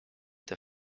der